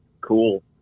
cool